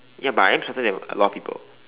ya but I am smarter than a lot of people